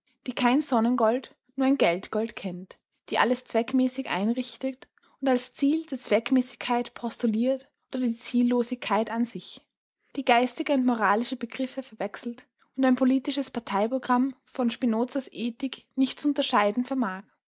die kein sonnengold nur ein geldgold kennt die alles zweckmäßig einrichtet und als ziel die zweckmäßigkeit postuliert oder die ziellosigkeit an sich die geistige und moralische begriffe verwechselt und ein politisches parteiprogramm von spinozas ethik nicht zu unterscheiden vermag